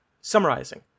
summarizing